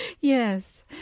Yes